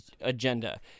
agenda